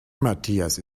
matthias